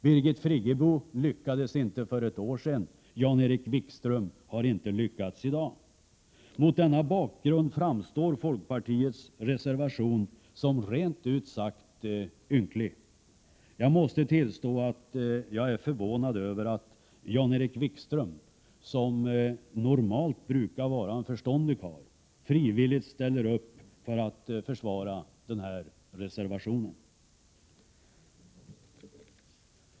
Birgit Friggebo lyckades inte för ett år sedan och Jan-Erik Wikström har inte lyckats i dag. Mot denna bakgrund framstår folkpartiets reservation som rent ut sagt ynklig. Jag måste tillstå att jag är förvånad över att Jan-Erik Wikström, som brukar vara en förståndig karl, frivilligt ställer upp för att försvara denna reservation.